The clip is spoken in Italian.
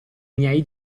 miei